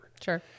sure